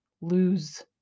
lose